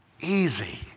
easy